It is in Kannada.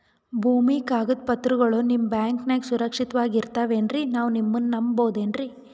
ಭೂಮಿಯ ಕಾಗದ ಪತ್ರಗಳು ನಿಮ್ಮ ಬ್ಯಾಂಕನಾಗ ಸುರಕ್ಷಿತವಾಗಿ ಇರತಾವೇನ್ರಿ ನಾವು ನಿಮ್ಮನ್ನ ನಮ್ ಬಬಹುದೇನ್ರಿ?